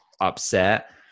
upset